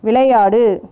விளையாடு